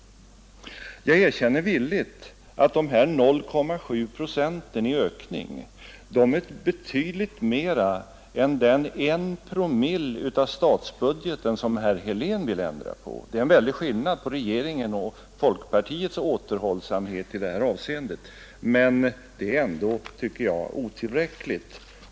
Jag erkänner villigt att de här 0,7 procenten i ökning är betydligt mera än 1 promille av statsbudgeten som herr Helén vill ändra på. Det är en väldig skillnad mellan regeringens och folkpartiets återhållsamhet i det här avseendet. Men det är ändå, tycker jag, otillräckligt.